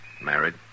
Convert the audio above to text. married